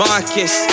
Marcus